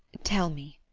tell me,